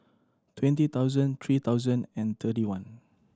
twenty thousand three thousand and thirty one